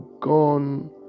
gone